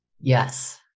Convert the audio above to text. Yes